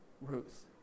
Ruth